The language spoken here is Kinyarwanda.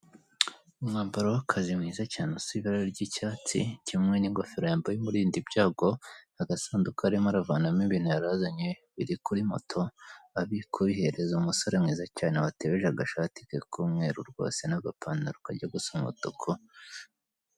Umwambaro w'akazi mwiza cyane usa ibara ry'icyatsi kimwe n'ingofero yambaye umurindanda ibyago agasanduku arimo aravanamo ibintu yarazanye biri kuri moto, ari kubihereza umusore mwiza cyane watebeje agashati k'umweruru rwose n'agapantaro kajya gusa umutuku.